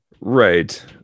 Right